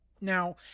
Now